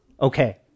okay